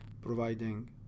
providing